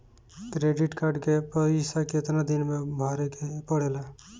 Credit card के पइसा कितना दिन में भरे के पड़ेला?